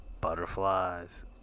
butterflies